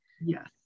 Yes